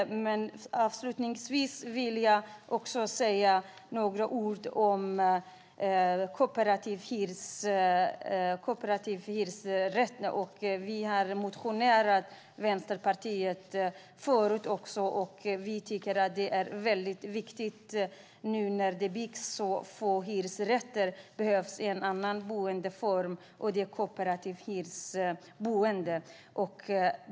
Jag vill avslutningsvis säga några ord om kooperativ hyresrätt. Vi i Vänsterpartiet har också förut motionerat om det. Vi tycker att det är väldigt viktigt. Nu när det byggs så få hyresrätter behövs en annan boendeform, och det är kooperativt hyresboende.